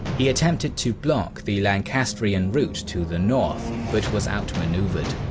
he attempted to block the lancastrian route to the north but was outmaneuvered.